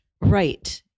Right